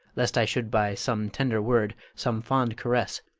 lest i should by some tender word, some fond caress,